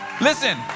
Listen